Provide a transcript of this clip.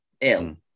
ill